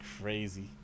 crazy